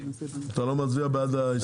אתה לא מצביע בעד ההסתייגות שלך?